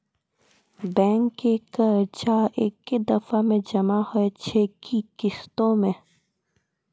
Bank के कर्जा ऐकै दफ़ा मे जमा होय छै कि किस्तो मे?